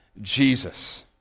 Jesus